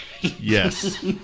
Yes